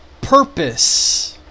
purpose